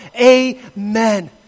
Amen